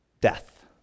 Death